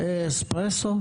אספרסו.